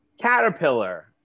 caterpillar